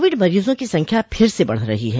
Covid मरीजों की संख्या फिर से बढ रही है